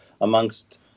amongst